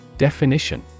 Definition